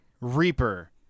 Reaper